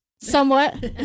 somewhat